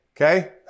Okay